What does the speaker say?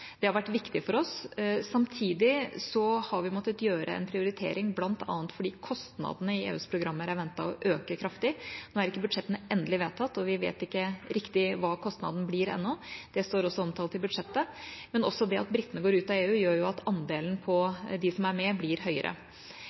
Det har vært viktig for oss. Samtidig har vi måttet gjøre en prioritering, bl.a. fordi kostnadene i EØS-programmer er ventet å øke kraftig. Nå er ikke budsjettene endelig vedtatt, og vi vet ikke riktig hva kostnadene blir ennå – det står også omtalt i budsjettet. Men også det at britene går ut av EU, gjør at andelen for dem som er med, blir høyere.